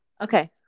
Okay